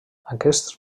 aquests